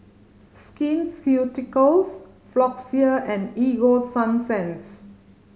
Skin Ceuticals Floxia and Ego Sunsense